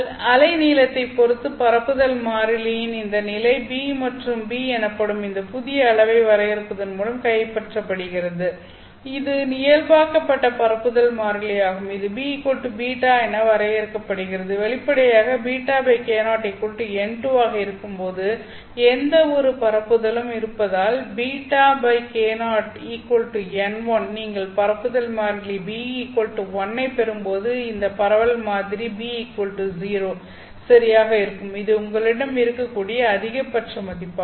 அலை நீளத்தைப் பொறுத்து பரப்புதல் மாறிலியின் இந்த நிலை b மற்றும் b எனப்படும் இந்த புதிய அளவை வரையறுப்பதன் மூலம் கைப்பற்றப்படுகிறது இது இயல்பாக்கப்பட்ட பரப்புதல் மாறிலி ஆகும் இது b β என வரையறுக்கப்படுகிறது வெளிப்படையாக β k0 n2 இருக்கும்போது எந்தவொரு பரப்புதலும் இருப்பதால் βk0 n1 நீங்கள் பரப்புதல் மாறிலி b 1 ஐப் பெறும்போது இந்த பரவல் மாறிலி b 0 சரியாக இருக்கும் இது உங்களிடம் இருக்கக்கூடிய அதிகபட்ச மதிப்பாகும்